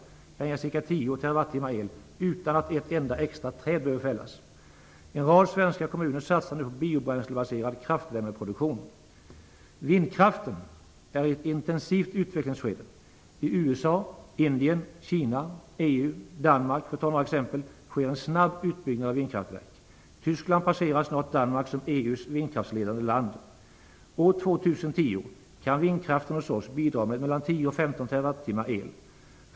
Det kan ge ca 10 TWh el utan att ett enda extra träd behöver fällas. En rad svenska kommuner satsar nu på biobränslebaserad kraftvärmeproduktion. Vindkraften är inne i ett intensivt utvecklingsskede. I USA, Indien, Kina, EU-länderna och Danmark sker en snabb utbyggnad av vindkraftverk. Tyskland passerar snart Danmark som EU:s vindkraftsledande land. År 2010 kan vindkraften hos oss bidra med 10 15 TWh el.